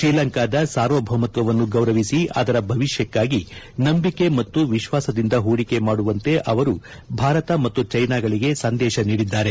ಶ್ರೀಲಂಕಾದ ಸಾರ್ವಭೌಮತ್ವವನ್ನು ಗೌರವಿಸಿ ಅದರ ಭವಿಷ್ಟಕ್ಕಾಗಿ ನಂಬಿಕೆ ಮತ್ತು ವಿಶ್ವಾಸದಿಂದ ಹೂಡಿಕೆ ಮಾಡುವಂತೆ ಅವರು ಭಾರತ ಮತ್ತು ಚ್ಯೆನಾಗಳಿಗೆ ಸಂದೇಶ ನೀಡಿದ್ದಾರೆ